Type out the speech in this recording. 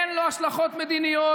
אין לו השלכות מדיניות,